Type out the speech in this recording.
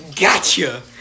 Gotcha